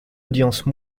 audience